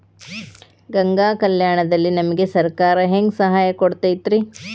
ಗಂಗಾ ಕಲ್ಯಾಣ ದಲ್ಲಿ ನಮಗೆ ಸರಕಾರ ಹೆಂಗ್ ಸಹಾಯ ಕೊಡುತೈತ್ರಿ?